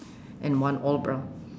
and one all brown